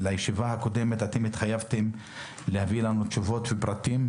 בישיבה הקודמת התחייבתם להביא לנו תשובות ופרטים.